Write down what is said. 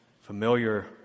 familiar